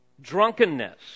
Drunkenness